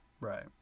Right